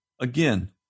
Again